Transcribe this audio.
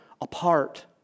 apart